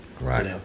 Right